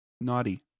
naughty